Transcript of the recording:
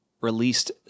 released